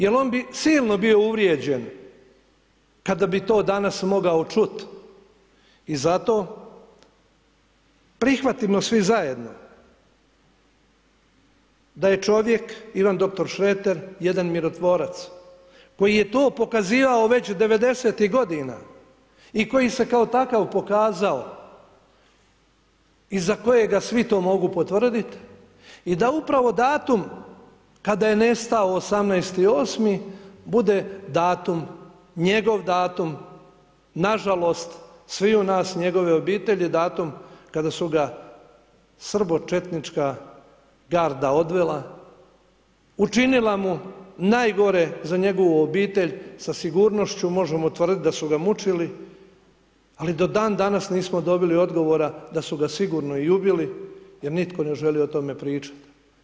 Jer on bi silno bio uvrijeđen kada bi to danas mogao čut i zato prihvatimo svi zajedno da je čovjek dr. Ivan Šreter jedan mirotvorac koji je to pokazivao već '90ih godina i koji se kao takav pokazao i za kojega svi to mogu potvrdit i da upravo datum kada je nestao 18.8. bude datum, njegov datum, nažalost sviju nas, njegove obitelji, datum kada su ga srbočetnička garda odvela, učinila mu najgore za njegovu obitelji, sa sigurnošću možemo tvrdit da su ga mučili, ali do dan danas nismo dobili odgovora da su ga sigurno i ubili jer nitko ne želi o tome pričat.